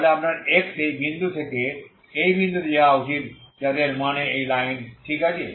তাহলে আপনার x এই বিন্দু থেকে এই বিন্দুতে যাওয়া উচিত যাতে এর মানে এই লাইন ঠিক আছে